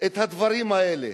את הדברים האלה,